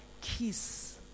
kiss